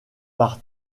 par